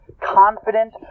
confident